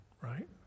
Right